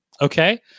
okay